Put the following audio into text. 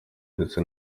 ndetse